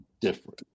different